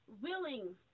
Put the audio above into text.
willing